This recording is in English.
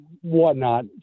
whatnot